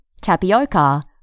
tapioca